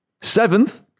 Seventh